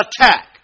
attack